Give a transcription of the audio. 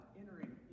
entering